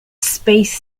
space